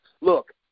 look